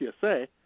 PSA